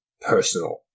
personal